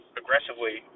aggressively